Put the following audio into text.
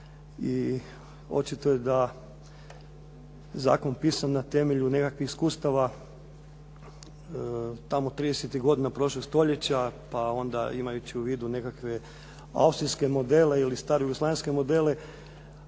i očito je da zakon pisan na temelju nekakvih iskustava, tamo '30-tih godina prošlog stoljeća, pa onda imajući u vidu nekakve austrijske modele ili stare jugoslavenske modele,